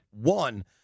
one